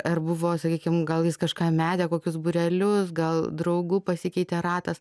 ar buvo sakykim gal jis kažką metė kokius būrelius gal draugų pasikeitė ratas